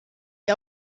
sie